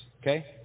okay